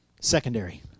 Secondary